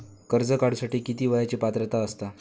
कर्ज काढूसाठी किती वयाची पात्रता असता?